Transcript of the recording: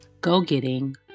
go-getting